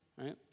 Right